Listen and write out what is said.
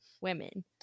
women